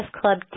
Club